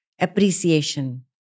Appreciation